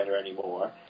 anymore